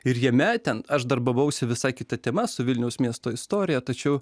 ir jame ten aš darbavausi visai kita tema su vilniaus miesto istorija tačiau